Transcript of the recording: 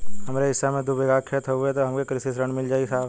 हमरे हिस्सा मे दू बिगहा खेत हउए त हमके कृषि ऋण मिल जाई साहब?